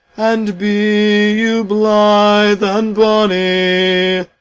and be you blithe and bonny,